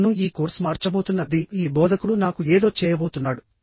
నన్ను ఈ కోర్స్ మార్చబోతున్న ది ఈ బోధకుడు నాకు ఏదో చేయబోతున్నాడు